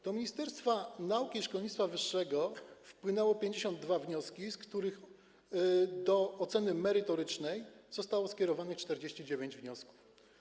Do Ministerstwa Nauki i Szkolnictwa Wyższego wpłynęły 52 wnioski, z których do oceny merytorycznej zostało skierowanych 49 wniosków.